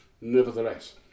Nevertheless